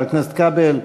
חבר הכנסת כבל?